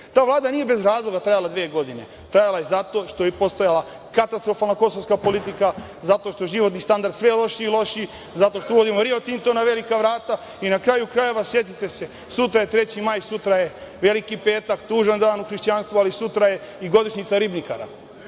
Ta Vlada nije bez razloga trajala dve godine. Trajala je zato što je postojala katastrofalna kosovska politika, zato što je životni standard sve lošiji i lošiji, zato što Rio Tinto na velika vrata. Na kraju krajeva, setite se, sutra je 3. maj, sutra je Veliki petak, tužan dan u hrišćanstvu, ali sutra je i godišnjica „Ribnikara“.